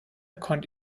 konnte